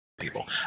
people